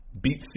Beat